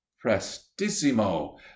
prestissimo